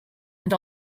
and